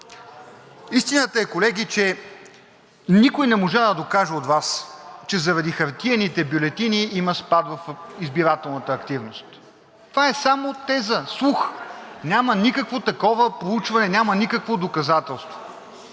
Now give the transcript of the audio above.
истината е, колеги, че никой от Вас не можа да докаже, че заради хартиените бюлетини има спад в избирателната активност. Това е само теза, слух, няма никакво такова проучване, няма никакво доказателство.